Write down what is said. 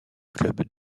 clubs